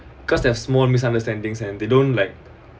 cause there are small misunderstandings and they don't like